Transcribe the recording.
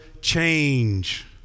change